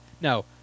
No